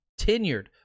tenured